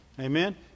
Amen